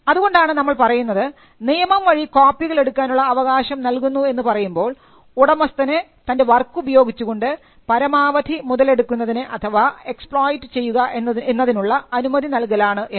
അതുകൊണ്ടാണ് നമ്മൾ പറയുന്നത് നിയമം വഴി കോപ്പികൾ എടുക്കാനുള്ള അവകാശം നൽകുന്നു എന്ന് പറയുമ്പോൾ ഉടമസ്ഥന് തൻറെ വർക്ക് ഉപയോഗിച്ചുകൊണ്ട് പരമാവധി മുതലെടുക്കുന്നതിന് അഥവാ എക്സ്പ്ളോയിറ്റ് ചെയ്യുക എന്നതിനുള്ള അനുമതി നൽകലാണ് എന്ന്